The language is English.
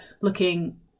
looking